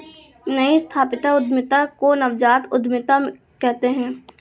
नई स्थापित उद्यमिता को नवजात उद्दमिता कहते हैं